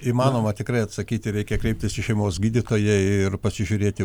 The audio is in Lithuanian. įmanoma tikrai atsakyti reikia kreiptis į šeimos gydytoją ir pasižiūrėti